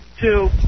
two